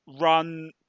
run